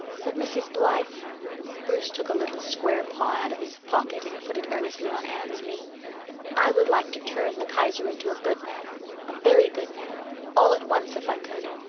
but mrs. blythe bruce took a little square paw out of his pocket and put it earnestly on anne's knee i would like to turn the kaiser into a good man a very good man all at once if i could.